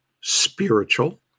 spiritual